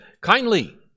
kindly